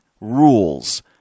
rules